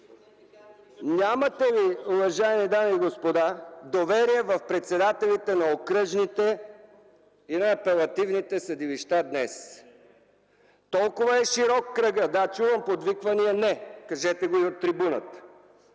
Нямате ли, уважаеми дами и господа, доверие в председателите на окръжните и на апелативните съдилища днес? РЕПЛИКА: Не. МИХАИЛ МИКОВ: Да, чувам подвиквания: „Не!” Кажете го и от трибуната!